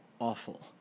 awful